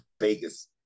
Vegas